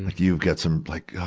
like you've got some, like oh,